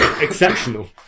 exceptional